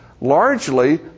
largely